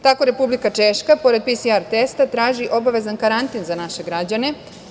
Tako Republika Češka, pored PCR testa traži obavezan karantin za naše građane.